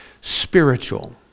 Spiritual